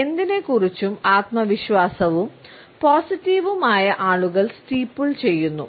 എന്തിനെക്കുറിച്ചും ആത്മവിശ്വാസവും പോസിറ്റീവും ആയ ആളുകൾ സ്റ്റീപ്പിൾ ചെയ്യുന്നു